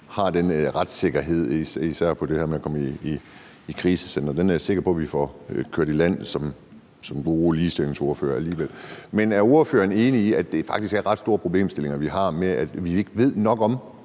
har den retssikkerhed især med hensyn til det her med at komme på krisecenter. Den er jeg sikker på at vi får kørt i land som gode ligestillingsordførere alligevel. Men er ordføreren enig i, at det faktisk er ret store problemstillinger, vi har, med at vi ikke ved nok om,